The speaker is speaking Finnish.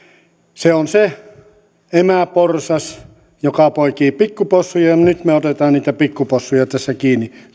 se on se emäporsas joka poikii pikkupossuja ja nyt me otamme niitä pikkupossuja tässä kiinni